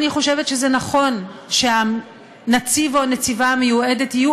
אני חושבת שזה נכון שהנציב או הנציבה המיועדת יהיו